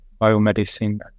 biomedicine